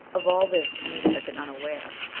of all this, anita had been unaware.